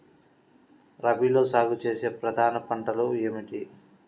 రబీలో సాగు చేసే ప్రధాన పంటలు ఏమిటి?